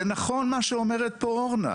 זה נכון מה שאומרת פה אורנה,